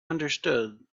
understood